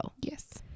Yes